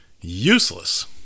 Useless